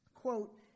Quote